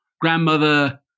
grandmother